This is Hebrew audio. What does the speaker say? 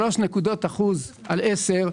שלוש נקודות אחוז על עשר,